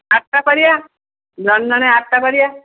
ଆଠଟା କରିବା ଜଣେ ଜଣେ ଆଠଟା କରିବା